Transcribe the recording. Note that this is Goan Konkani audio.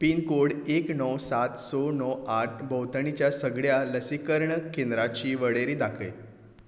पिनकोड एक णव सात स णव आठ भोंवतणीच्या सगळ्या लसीकरण केंद्राची वळेरी दाखय